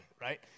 right